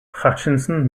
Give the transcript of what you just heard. hutchinson